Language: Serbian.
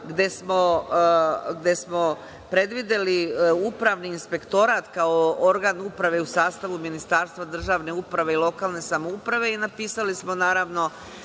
gde smo predvideli upravni inspektorat, kao organ uprave u sastavu Ministarstva državne uprave i lokalne samouprave i napisali smo, naravno,